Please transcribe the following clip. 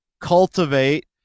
cultivate